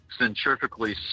centrifugally